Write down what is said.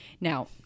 now